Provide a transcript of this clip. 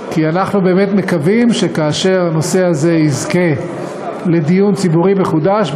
כי אנחנו באמת מקווים שכאשר הנושא הזה יזכה לדיון ציבורי מחודש,